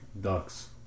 ducks